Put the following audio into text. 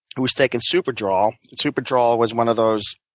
who was taking superdrol. superdrol was one of those